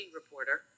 reporter